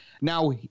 now